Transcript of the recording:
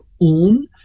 own